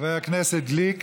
חבר הכנסת גליק,